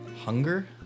hunger